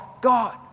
God